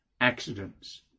accidents